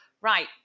Right